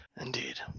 Indeed